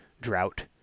drought